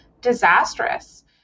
disastrous